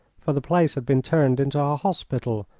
for the place had been turned into an hospital,